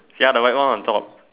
ya the white one on top